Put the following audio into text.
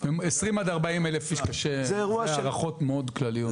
20 40 אלף איש, בהערכות מאוד כלליות.